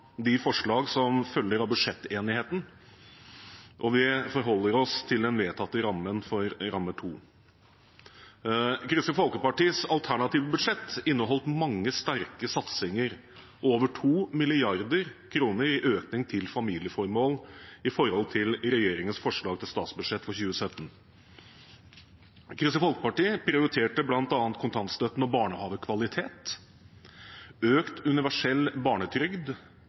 de forslagene som følger av budsjettenigheten, og vi forholder oss til den vedtatte rammen for ramme 2. Kristelig Folkepartis alternative budsjett inneholdt mange sterke satsinger og over 2 mrd. kr i økning til familieformål i forhold til regjeringens forslag til statsbudsjett for 2017. Kristelig Folkeparti prioriterte bl.a. kontantstøtten, barnehagekvalitet, økt universell barnetrygd